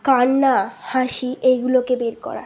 কান্না হাসি এইগুলোকে বের করার